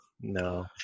No